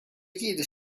jedes